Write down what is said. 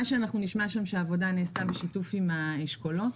שנשמע שהעבודה נעשתה בשיתוף עם האשכולות.